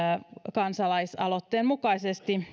kansalaisaloitteen mukaisesti